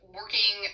working